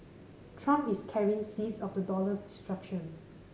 Trump is carrying seeds of the dollar's destruction